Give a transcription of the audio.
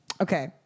Okay